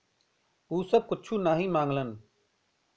उ सब कुच्छो नाही माँगलन